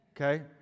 Okay